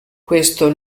questo